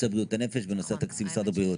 בריאות הנפש ובנושא תקציב משרד הבריאות.